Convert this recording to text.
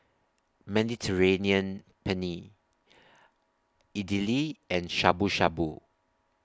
Mediterranean Penne Idili and Shabu Shabu